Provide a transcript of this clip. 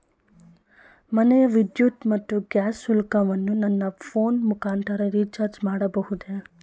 ಮನೆಯ ವಿದ್ಯುತ್ ಮತ್ತು ಗ್ಯಾಸ್ ಶುಲ್ಕವನ್ನು ನನ್ನ ಫೋನ್ ಮುಖಾಂತರ ರಿಚಾರ್ಜ್ ಮಾಡಬಹುದೇ?